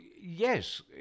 yes